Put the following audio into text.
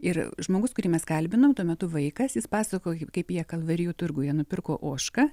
ir žmogus kurį mes kalbinom tuo metu vaikas jis pasakojo kaip jie kalvarijų turguje nupirko ožką